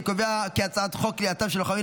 אני קובע כי הצעת חוק כליאתם של לוחמים